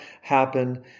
happen